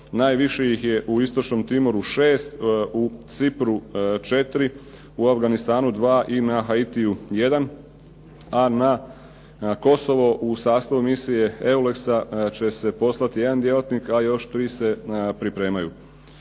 Najviše ih je u Istočnom Timoru šest, u Cipru četiri, u Afganistanu dva i na Haitiju jedan. A na Kosovo u sastavu Misije EULEX će se poslati jedan djelatnika još tri se pripremaju.